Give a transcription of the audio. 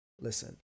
listen